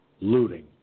looting